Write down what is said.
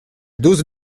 dose